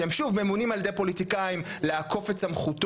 שהם שוב ממונים על ידי פוליטיקאים לעקוף את סמכותו,